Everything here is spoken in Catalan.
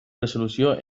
resolució